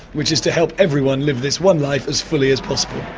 which is to help everyone live this one life as fully as possible.